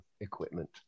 equipment